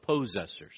possessors